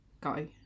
guy